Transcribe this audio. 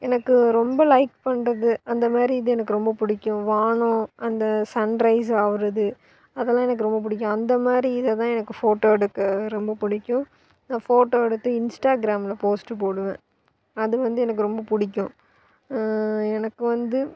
எனக்கு ரொம்ப லைக் பண்ணுறது அந்தமாதிரி இது எனக்கு ரொம்ப பிடிக்கும் வானம் அந்த சன்ரைஸ் ஆகிறது அதெல்லாம் எனக்கு ரொம்ப பிடிக்கும் அந்தமாதிரி இத தான் எனக்கு ஃபோட்டோ எடுக்க ரொம்ப பிடிக்கும் நான் ஃபோட்டோ எடுத்து இன்ஸ்டராகிராமில் போஸ்ட்டு போடுவேன் அது வந்து எனக்கு ரொம்ப பிடிக்கும் எனக்கு வந்து